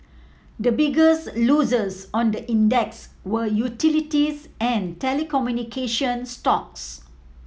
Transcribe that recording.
the biggest losers on the index were utilities and telecommunication stocks